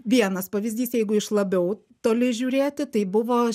vienas pavyzdys jeigu iš labiau toli žiūrėti tai buvo